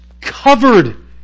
covered